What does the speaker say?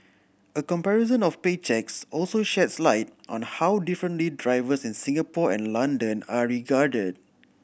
a comparison of pay cheques also sheds light on how differently drivers in Singapore and London are regarded